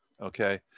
okay